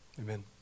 Amen